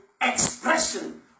expression